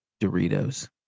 Doritos